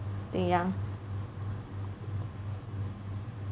Ding Yang